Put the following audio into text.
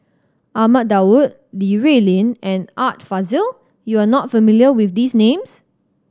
Ahmad Daud Li Rulin and Art Fazil you are not familiar with these names